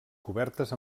cobertes